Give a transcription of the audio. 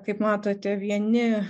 kaip matote vieni